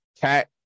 cat